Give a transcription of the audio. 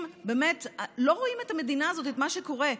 אנשים לא רואים את המדינה הזאת, את מה שקורה.